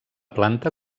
planta